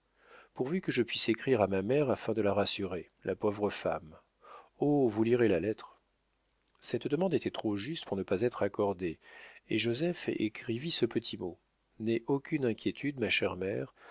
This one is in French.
pourvu que je puisse écrire à ma mère afin de la rassurer la pauvre femme oh vous lirez la lettre cette demande était trop juste pour ne pas être accordée et joseph écrivit ce petit mot n'aie aucune inquiétude ma chère mère